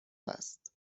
است